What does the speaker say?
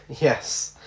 Yes